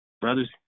Brothers